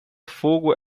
fogo